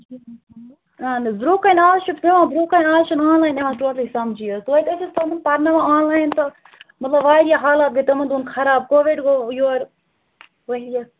اہن حظ برونٛہہ کَنۍ حظ چھِ پٮ۪وان بروںٛہہ کَنۍ اَز چھِنہٕ آنلایِن یِوان ٹوٹلی سَمجی حظ تویتہِ ٲسۍ أسۍ تِمَن پَرناوان آنلایِن تہٕ مَطلب واریاہ حالات گٔے تِمَن دۄہَن خَراب کووِڈ گوٚو یورٕ صحیح حظ